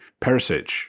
Perisic